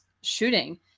shooting